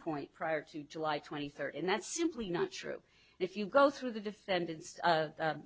point prior to july twenty third and that's simply not true if you go through the defendant's